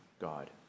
God